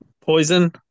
Poison